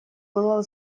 было